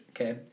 okay